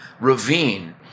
ravine